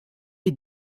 est